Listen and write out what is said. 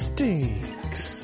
Stinks